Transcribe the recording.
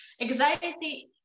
Anxiety